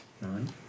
nine